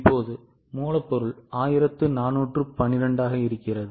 இப்போது மூலப்பொருள் 1412 ஆக இருக்கிறது